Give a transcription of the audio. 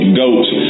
goats